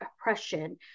oppression